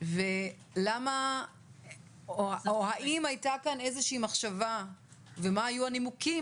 ולמה או האם הייתה כאן איזו שהיא מחשבה ומה היו הנימוקים